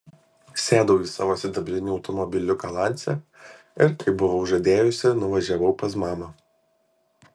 sėdau į savo sidabrinį automobiliuką lancia ir kaip buvau žadėjusi nuvažiavau pas mamą